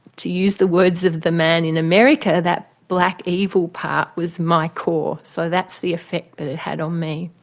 to use the words of the man in america, that black evil part was my core. so that's the effect that it had on me.